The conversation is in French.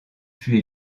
fut